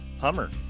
Hummer